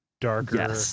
darker